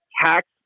tax